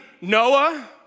Noah